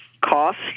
cost